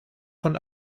von